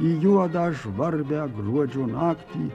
į juodą žvarbią gruodžio naktį